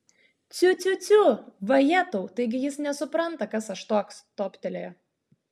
ciu ciu ciu vajetau taigi jis nesupranta kas aš toks toptelėjo